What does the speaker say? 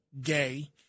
gay